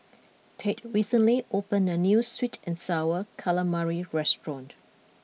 Tate recently opened a new Sweet and Sour Calamari restaurant